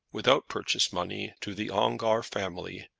without purchase-money, to the ongar family,